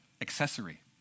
accessory